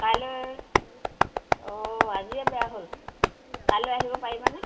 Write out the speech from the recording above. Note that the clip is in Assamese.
কাইলৈ অঁ আজিয়ে বেয়া হ'ল কাইলৈ আহিব পাৰিবানে